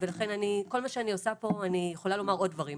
אני יכולה לומר עוד דברים,